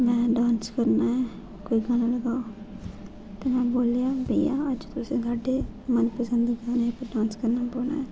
में डांस करना ऐ कोई गाना लगाओ में बोलेआ भइया अज्ज तुसें साढ़े मनपसंद गाने उप्पर डांस करना पौना ऐ